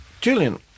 Julian